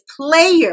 player